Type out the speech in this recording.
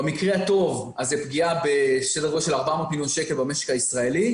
במקרה הטוב מדובר בהפסד של 400 מיליון שקלים למשק הישראלי,